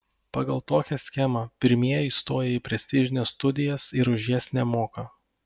pagal tokią schemą pirmieji įstoja į prestižines studijas ir už jas nemoka